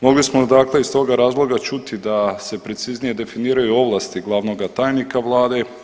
Mogli smo dakle iz toga razloga čuti da se preciznije definiraju ovlasti glavnoga tajnika vlade.